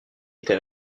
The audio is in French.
était